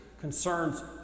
concerns